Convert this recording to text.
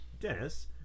Dennis